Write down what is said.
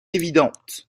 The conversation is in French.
évidente